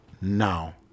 now